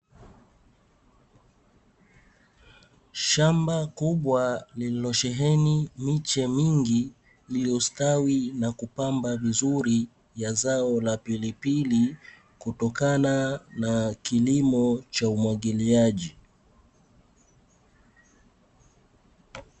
Shamba kubwa lililosheheni miche mingi, iliyostawi na kupamba vizuri, ya zao la pilipili kutokana na kilimo cha umwagiliaji.